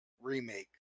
remake